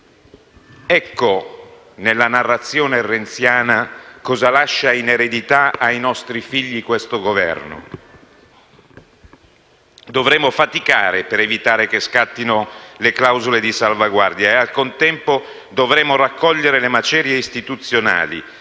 Ecco nella narrazione renziana cosa lascia in eredità ai nostri figli questo Governo. Dovremo faticare per evitare che scattino le clausole di salvaguardia e, al contempo, dovremo raccogliere le macerie istituzionali,